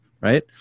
right